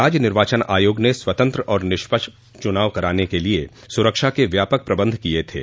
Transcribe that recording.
राज्य निर्वाचन आयोग ने स्वतंत्र और निष्पक्ष चुनाव कराने के लिये सुरक्षा के व्यापक प्रबंध किये थे